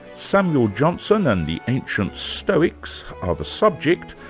samuel johnson and the ancient stoics are the subject,